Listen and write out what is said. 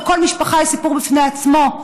וכל משפחה היא סיפור בפני עצמו,